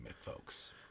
folks